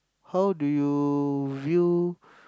how do you view